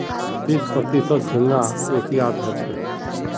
तीस प्रतिशत झींगा एशियात ह छे